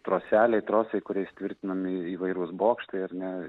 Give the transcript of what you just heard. troseliai trosai kuriais tvirtinami įvairūs bokštai ar ne